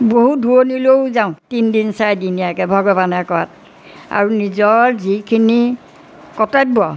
বহুত দূৰণিলৈও যাওঁ তিনিদিন চাৰিদিনীয়াকৈ ভগৱানে কৰাত আৰু নিজৰ যিখিনি কৰ্তব্য